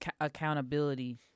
accountability